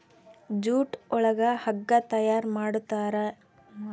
jute ಒಳಗ ಹಗ್ಗ ತಯಾರ್ ಮಾಡುತಾರೆ